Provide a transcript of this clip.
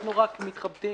אנחנו רק מתחבטים